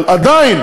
אבל עדיין